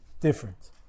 different